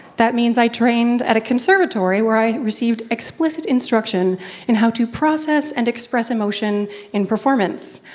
that means i trained at a conservatory where i received explicit instruction in how to process and express emotion in performance.